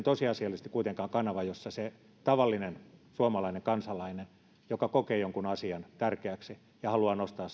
tosiasiallisesti kuitenkaan kanava jossa sen tavallisen suomalaisen kansalaisen joka kokee jonkun asian tärkeäksi kannattaa nostaa